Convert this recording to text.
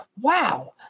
wow